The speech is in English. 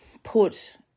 put